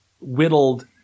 whittled